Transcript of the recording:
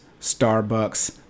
Starbucks